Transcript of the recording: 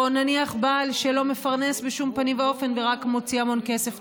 או נניח בעל שלא מפרנס בשום פנים ואופן ורק מוציא המון כסף,